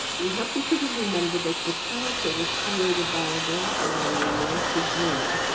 we have to sort of remember that the character was created by a black woman named nancy green.